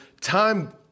Time